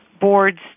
boards